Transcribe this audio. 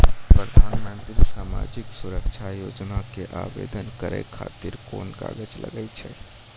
प्रधानमंत्री समाजिक सुरक्षा योजना के आवेदन करै खातिर कोन कागज लागै छै?